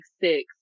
six